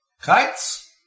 Kites